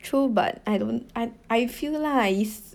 true but I don't I I feel lah is